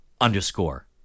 underscore